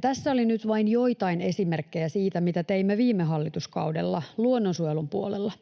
Tässä oli nyt vain joitain esimerkkejä siitä, mitä teimme viime hallituskaudella luonnonsuojelun puolella.